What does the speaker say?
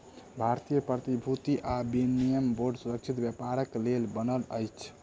भारतीय प्रतिभूति आ विनिमय बोर्ड सुरक्षित व्यापारक लेल बनल अछि